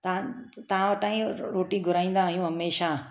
तव्हां तव्हां वटां ई रोटी घुराईंदा आहियूं हमेशह